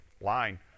line